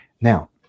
Now